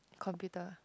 computer